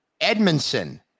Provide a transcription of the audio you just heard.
Edmondson